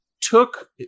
took